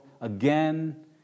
again